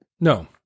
No